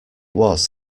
was